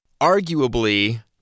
Arguably